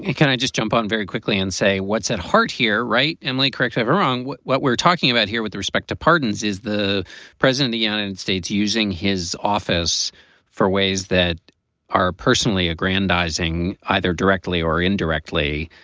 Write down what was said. can i just jump on very quickly and say what's at heart here? right. emily crick's have wrong. what what we're talking about here with respect to pardons is the president, the united states, using his office for ways that are personally aggrandizing either directly or indirectly,